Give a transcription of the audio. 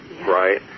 right